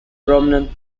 prominent